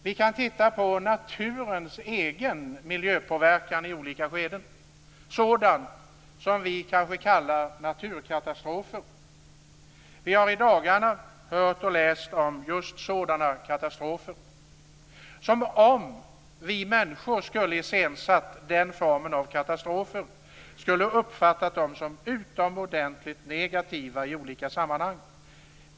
Vi kan titta på naturens egen miljöpåverkan i olika skeden, sådan påverkan som vi kanske kallar naturkatastrofer. Vi har i dagarna hört och läst om just sådana katastrofer. Om vi människor skulle ha iscensatt den formen av katastrofer skulle vi ha uppfattat dem som utomordentligt negativa i olika sammanhang.